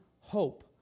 hope